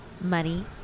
money